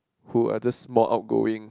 who are the small outgoing